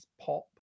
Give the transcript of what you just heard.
pop